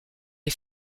les